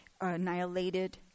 annihilated